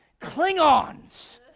Klingons